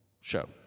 show